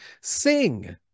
sing